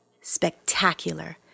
spectacular